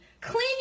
Clean